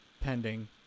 pending